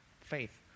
faith